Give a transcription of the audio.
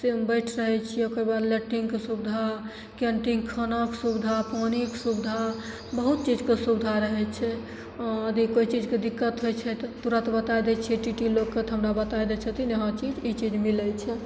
हम बैठि रहै छिए ओकर बाद लैट्रिनके सुविधा कैन्टीन खानाके सुविधा पानीके सुविधा बहुत चीजके सुविधा रहै छै अथी कोइ चीजके दिक्कत होइ छै तऽ तुरन्त बतै दै छिए टी टी लोकके तऽ हमरा बतै दै छथिन कि यहाँ चीज ई चीज मिलै छै